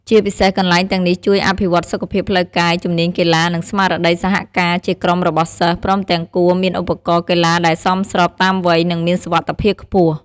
ជាពិសេសកន្លែងទាំងនេះជួយអភិវឌ្ឍសុខភាពផ្លូវកាយ ជំនាញកីឡា និងស្មារតីសហការជាក្រុមរបស់សិស្ស ព្រមទាំងគួរមានឧបករណ៍កីឡាដែលសមស្របតាមវ័យ និងមានសុវត្ថិភាពខ្ពស់។